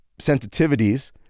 sensitivities